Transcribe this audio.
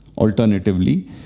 Alternatively